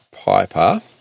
Piper